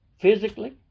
physically